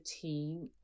team